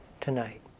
tonight